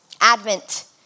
Advent